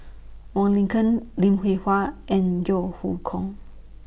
Wong Lin Ken Lim Hwee Hua and Yeo Hoe Koon